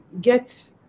get